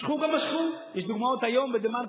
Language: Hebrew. משכו גם משכו, יש דוגמאות היום ב"דה-מרקר".